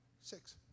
Six